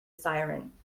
siren